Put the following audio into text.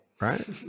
right